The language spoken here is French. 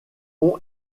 ont